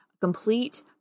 Complete